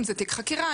אם זה תיק חקירה,